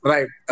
Right